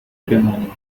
بمانید